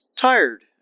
tired